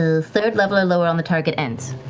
the third level or lower on the target ends.